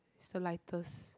is the lightest